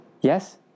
Yes